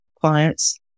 clients